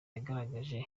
yagaragaje